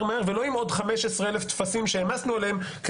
מהר ולא עם עוד 15,000 טפסים שהעמסנו עליהם כי